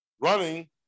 running